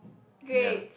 great